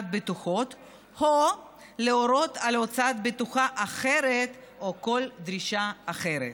בטוחות או להורות על הוצאת בטוחה אחרת או כל דרישה אחרת.